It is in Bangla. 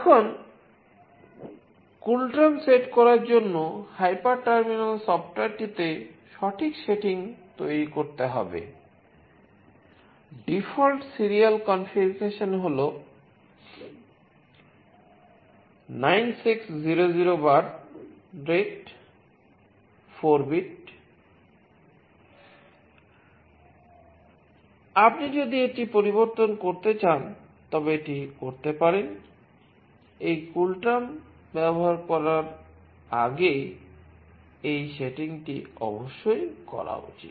এখন CoolTerm সেট করার জন্য হাইপার টার্মিনাল ব্যবহার করার আগে এই সেটিংটি অবশ্যই করা উচিত